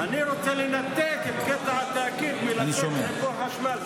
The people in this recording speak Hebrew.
אני רוצה לנתק את קטע התאגיד מלתת חיבור חשמל,